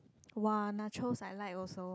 !wah! nachos I like also